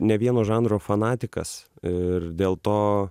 ne vieno žanro fanatikas ir dėl to